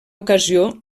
ocasió